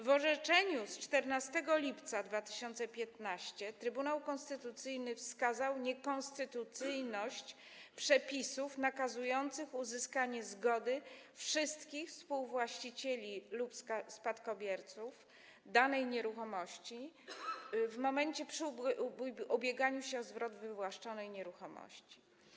W orzeczeniu z 14 lipca 2015 r. Trybunał Konstytucyjny wskazał niekonstytucyjność przepisów nakazujących uzyskanie zgody wszystkich współwłaścicieli danej nieruchomości lub ich spadkobierców przy ubieganiu się o zwrot wywłaszczonej nieruchomości.